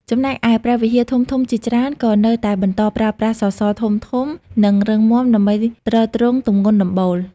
ចំណែកឯ ព្រះវិហារធំៗជាច្រើន ក៏នៅតែបន្តប្រើប្រាស់ សសរធំៗ និងរឹងមាំ ដើម្បីទ្រទ្រង់ទម្ងន់ដំបូល។